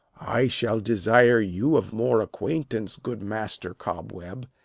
i shall desire you of more acquaintance, good master cobweb.